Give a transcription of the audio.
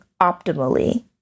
optimally